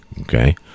okay